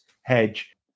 hedge